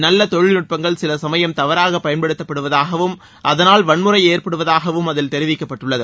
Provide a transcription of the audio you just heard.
நல்ல தொழில்நுட்பங்கள் சில சமயம் தவறாக பயன்படுத்தப்படுவதாகவும் அதனால் வள்முறை ஏற்படுவதாகவும் அதில் தெரிவிக்கப்பட்டுள்ளது